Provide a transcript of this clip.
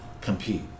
compete